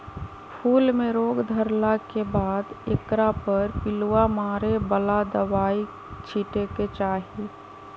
फूल में रोग धरला के बाद एकरा पर पिलुआ मारे बला दवाइ छिटे के चाही